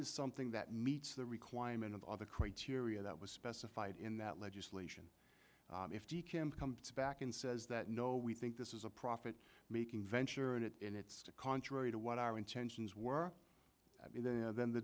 is something that meets the requirement of all the criteria that was specified in that legislation if he can come back and says that no we think this is a profit making venture and it and it's contrary to what our intentions were then the